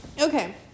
Okay